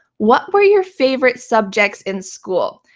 what were your favorite subjects in school?